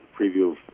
preview